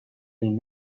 been